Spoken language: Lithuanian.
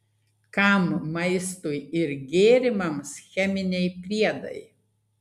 kam maistui ir gėrimams cheminiai priedai